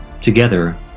Together